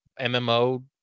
mmo